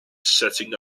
setting